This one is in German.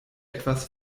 etwas